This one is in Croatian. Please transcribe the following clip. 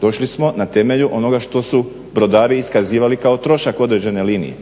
Došli smo na temelju onoga što su brodari iskazivali kao trošak određene linije.